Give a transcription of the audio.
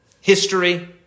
history